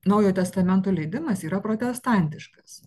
naujojo testamento leidimas yra protestantiškas